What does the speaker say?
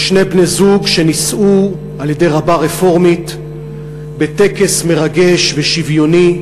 בני-זוג שנישאו על-ידי רבה רפורמית בטקס מרגש ושוויוני,